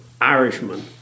Irishman